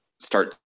start